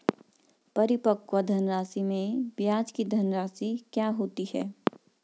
परिपक्व धनराशि में ब्याज की धनराशि क्या होती है?